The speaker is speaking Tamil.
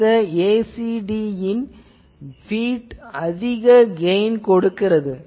இந்த ACD யின் பீட் அதிக கெயின் கொடுக்கிறது